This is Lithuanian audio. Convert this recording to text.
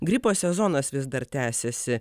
gripo sezonas vis dar tęsiasi